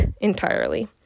entirely